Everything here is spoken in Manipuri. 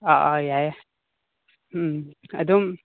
ꯌꯥꯏꯌꯦ ꯑꯗꯨꯝ